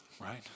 right